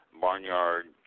barnyard